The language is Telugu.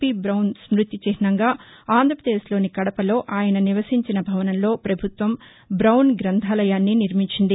పి బ్రౌన్ స్మృతి చిహ్నంగా ఆంధ్రప్రదేశ్లోని కడపలో ఆయన నివసించిన భవనంలో ప్రపభుత్వం బౌన్ గ్రంధాలయాన్ని నిర్మించింది